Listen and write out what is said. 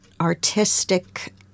artistic